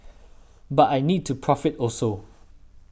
but I need to profit also